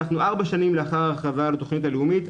אנחנו ארבע שנים לאחר ההכרזה על התוכנית הלאומית,